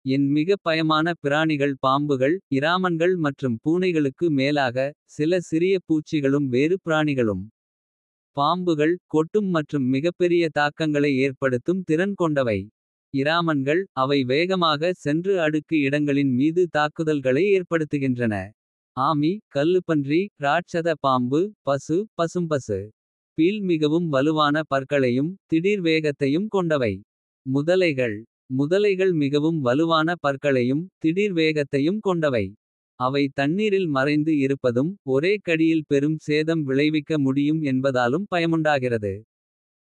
என் மிகப் பயமான பிராணிகள் பாம்புகள். இராமன்கள் மற்றும் பூனைகளுக்கு மேலாக. சில சிறிய பூச்சிகளும் வேறு பிராணிகளும். பாம்புகள் கொட்டும் மற்றும் மிகப்பெரிய. தாக்கங்களை ஏற்படுத்தும் திறன் கொண்டவை. இராமன்கள் அவை வேகமாக சென்று அடுக்கு. இடங்களின் மீது தாக்குதல்களை ஏற்படுத்துகின்றன.